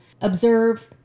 observe